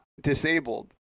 disabled